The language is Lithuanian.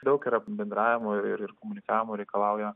daug yra bendravimo ir ir komunikavimo reikalauja